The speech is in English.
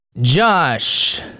Josh